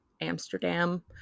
Amsterdam